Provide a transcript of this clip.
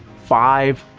five,